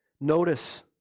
Notice